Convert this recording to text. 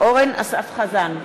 אורן אסף חזן,